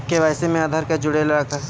KYC में आधार जुड़े ला का?